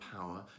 power